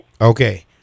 Okay